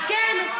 אז כן,